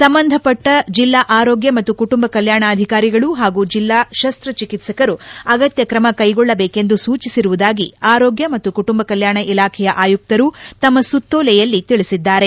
ಸಂಬಂಧ ಪಟ್ಟ ಜಿಲ್ಲಾ ಆರೋಗ್ಯ ಮತ್ತು ಕುಟುಂಬ ಕಲ್ಲಾಣಾಧಿಕಾರಿಗಳು ಹಾಗೂ ಜಿಲ್ಲಾ ಶಸ್ತ ಚಿಕಿತ್ಸಕರು ಅಗತ್ತ್ವ ಕ್ರಮ ಕೈಗೊಳ್ಳಬೇಕೆಂದು ಸೂಚಿಸಿರುವುದಾಗಿ ಆರೋಗ್ಯ ಮತ್ತು ಕುಟುಂಬ ಕಲ್ಲಾಣ ಇಲಾಖೆಯ ಆಯುಕ್ತರು ತಮ್ನ ಸುತ್ತೋಲೆಯಲ್ಲಿ ತಿಳಿಸಿದ್ದಾರೆ